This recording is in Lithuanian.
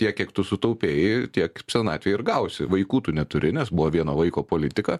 tiek kiek tu sutaupei tiek senatvei ir gausi vaikų tu neturi nes buvo vieno vaiko politika